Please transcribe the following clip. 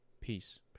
peace